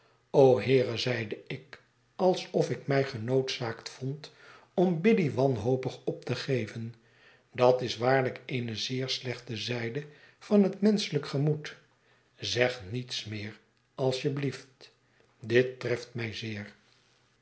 heere zeide ik alsof ik mij genoodzaakt vond om biddy wanhopig op te geven dat is waarlijk eene zeer slechte zijde van het menschelijk gemoed zeg niets meer als je blieft dit treft mij zeer